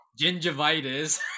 Gingivitis